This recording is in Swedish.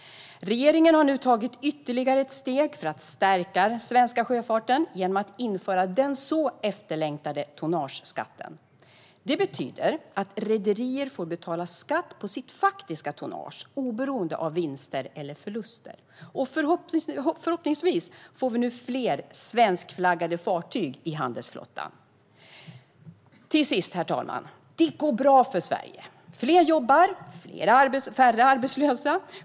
Regeringen har nu tagit ytterligare ett steg för att stärka svensk sjöfart genom att införa den efterlängtade tonnageskatten. Det betyder att rederier får betala skatt på sitt faktiska tonnage, oberoende av vinster eller förluster. Förhoppningsvis får vi nu fler svenskflaggade fartyg i handelsflottan. Till sist, herr talman: Det går bra för Sverige. Fler jobbar. Färre är arbetslösa.